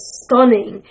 stunning